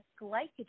glycogen